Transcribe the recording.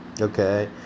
okay